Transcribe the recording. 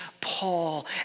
Paul